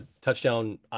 touchdown